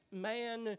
man